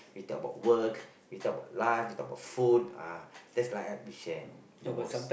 we talk about work we talk about life we talk about food uh that's like uh we share the most